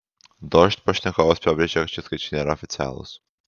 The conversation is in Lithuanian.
dožd pašnekovas pabrėžė kad šie skaičiai nėra oficialūs